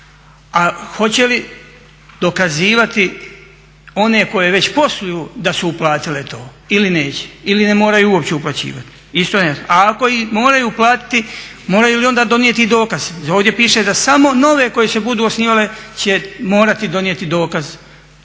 A hoće li dokazivati one koje već posluju da su uplatile to ili neće ili ne moraju uopće uplaćivati. Isto je, a ako i moraju uplatiti moraju li onda donijeti dokaz. Ovdje piše da samo nove koje se budu osnivale će morati donijeti dokaz